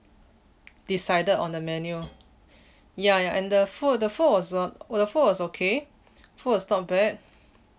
decided on the menu ya ya and the food the food was not the food was okay the food was not bad